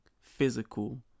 physical